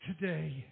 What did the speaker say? today